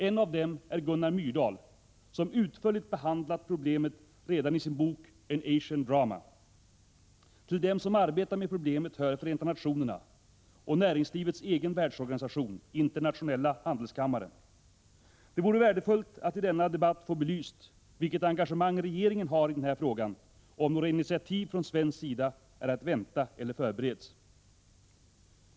En av dem är Gunnar Myrdal, som utförligt behandlade problemet redan i sin bok An Asian Drama. Till dem som arbetar med problemet hör Förenta nationerna och näringslivets egen världsorganisation, Internationella Handelskammaren. Det vore värdefullt att i denna debatt få belyst vilket engagemang regeringen har i den här frågan och om några initiativ från svensk sida är att vänta eller förbereds.